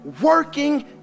working